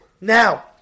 now